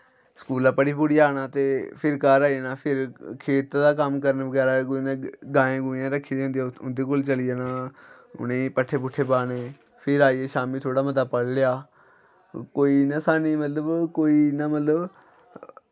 स्कूला पढ़ी पूढ़ी आना ते फिर घर आई जाना फिर खेतें दा कम्म बगैरा करन गांइयां गुंइयां रक्खी दियां होंदियां उं' दे कोल चली जाना व उ'नें गी पट्ठे पुट्ठे पाने फिर आइयै शामीं थोह्ड़ा मता पढ़ी लेआ कोई इ'यां सानूं मतलब कोई इ'यां मतलब